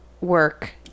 work